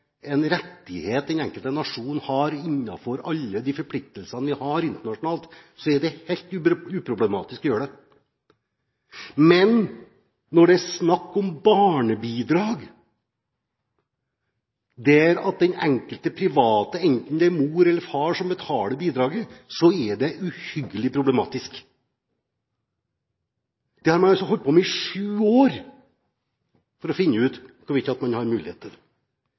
en rettighet den enkelte nasjon har. Innenfor alle de forpliktelsene man har internasjonalt, er det helt uproblematisk å gjøre det. Men når det er snakk om barnebidrag, der den enkelte private – enten det er mor eller far – betaler bidraget, er det uhyggelig problematisk. Man har altså holdt på i sju år med å finne ut hvorvidt man har mulighet til